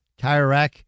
TireRack